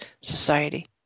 society